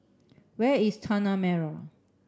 where is Tanah Merah